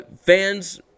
Fans